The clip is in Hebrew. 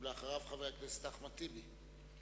ואחריו, חבר הכנסת אחמד טיבי.